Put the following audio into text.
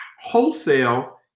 wholesale